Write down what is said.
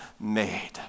made